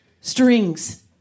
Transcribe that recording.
strings